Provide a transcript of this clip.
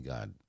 God